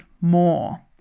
more